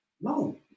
no